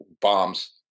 bombs